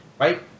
right